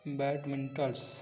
badmintons